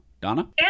Donna